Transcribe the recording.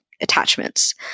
attachments